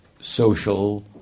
social